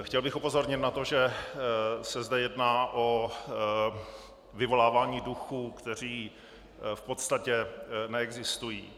Chtěl bych upozornit na to, že se zde jedná o vyvolávání duchů, kteří v podstatě neexistují.